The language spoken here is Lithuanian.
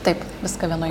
taip viską vienoj